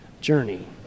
journey